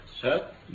Sir